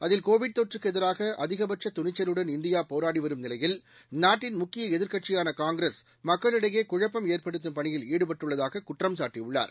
அதில் கோவிட் தொற்றுக்கு எதிராக அதிகபட்ச துணிச்சலுடன் இந்தியா போராடிவரும் நிலையில் நாட்டின் முக்கிய எதிர்க்கட்சியான காங்கிரஸ் மக்களிடையே குழப்பம் ஏற்படுத்தும் பணியில் ஈடுபட்டுள்ளதாக குற்றம் சாட்டியுள்ளார்